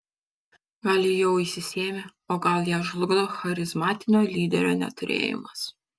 gal ji jau išsisėmė o gal ją žlugdo charizmatinio lyderio neturėjimas